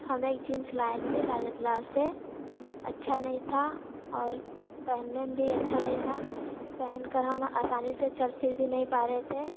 हम एक जींस लाए थे राजद से अच्छा नहीं था और पहनने में भी अच्छा नहीं था पहनकर हम आसानी से चल फिर भी नहीं पा रहे थे